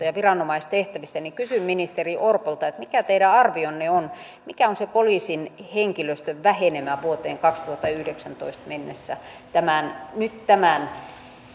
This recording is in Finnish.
ja viranomaistehtävistä niin kysyn ministeri orpolta mikä teidän arvionne on mikä on se poliisin henkilöstön vähenemä vuoteen kaksituhattayhdeksäntoista mennessä nyt tämän